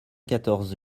quatorze